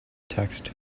text